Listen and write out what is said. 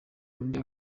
undi